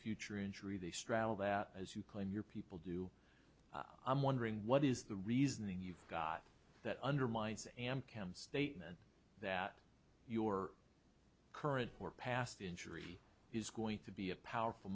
future injury they straddle that as you claim your people do i'm wondering what is the reasoning you've got that undermines and count statement that your current or past injury is going to be a powerful